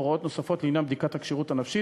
הוראות נוספות לעניין בדיקת הכשירות הנפשית,